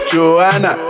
Joanna